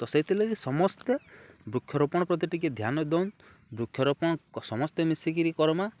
ତ ସେଇଥିଲା କି ସମସ୍ତେ ବୃକ୍ଷରୋପଣ ପ୍ରତି ଟିକେ ଧ୍ୟାନ ଦଉନ୍ ବୃକ୍ଷରୋପଣ ସମସ୍ତେ ମିଶିକିରି କର୍ମା